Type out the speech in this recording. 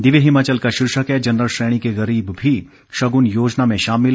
दिव्य हिमाचल का शीर्षक है जनरल श्रेणी के गरीब भी शगुन योजना में शामिल